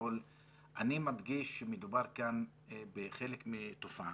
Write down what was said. וכביכול אני מרגיש שמדובר כאן בחלק מתופעה.